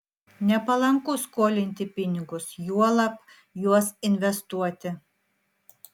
nepalanku skolinti pinigus juolab juos investuoti